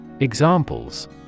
Examples